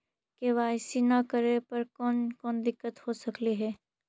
KYC न करे पर कौन कौन दिक्कत हो सकले हे?